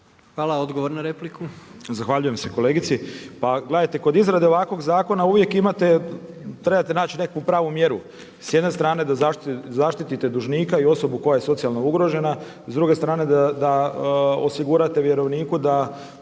Miroslav (MOST)** Zahvaljujem se kolegici. Pa gledajte kod izrade ovakvog zakona uvijek trebate naći neku pravu mjeru. S jedne strane da zaštite dužnika i osobu koja je socijalno ugrožena, s druge strane da osigurate vjerovniku da